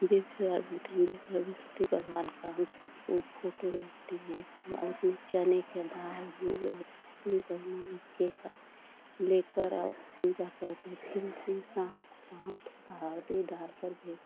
हैं बृहस्पति भगवान का हम सब वो फोटो रखते हैं वा उसमें चने का दाल गुड़ और किशमिश और मुनक्के का लेकर और पूजा करते हैं फिर उसमें शाम को हम थोड़ा हल्दी डालकर फिर